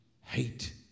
hate